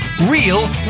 Real